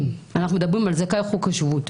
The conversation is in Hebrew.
אם אנחנו מדברים על זכאי חוק השבות,